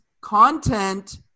content